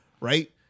right